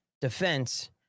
defense